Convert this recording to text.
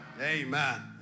Amen